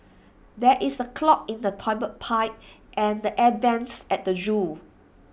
there is A clog in the Toilet Pipe and the air Vents at the Zoo